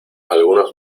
algunos